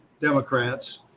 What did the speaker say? Democrats